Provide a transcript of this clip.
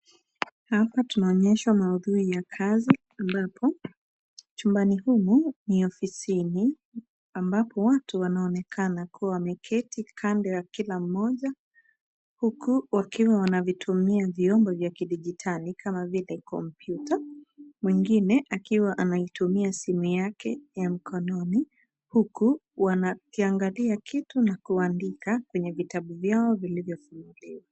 Hapa tunaonyeshwa maudhui ya kazi ambapo chumbani humu ni ofisini ambapo watu wanaonekana kuwa wameketi kando ya kila mmoja huku wakiwa wanavitumia vyombo vya kidijitali kama vile kompyuta. Mwengine akiwa anaitmia simu yake ya mkononi huku wakiangalia kitu na kuandika kwenye vitabu vyao vilivyofunguliwa.